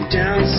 down